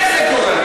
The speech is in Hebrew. איך זה קורה?